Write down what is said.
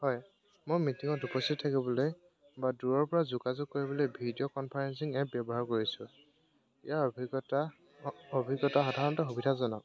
হয় মই মিটিঙত উপস্থিত থাকিবলৈ বা দূৰৰ পৰা যোগাযোগ কৰিবলৈ ভিডিঅ' কনফাৰেঞ্চিং এপ ব্যৱহাৰ কৰিছোঁ ইয়াৰ অভিজ্ঞতা অভিজ্ঞতা সাধাৰণতে সুবিধাজনক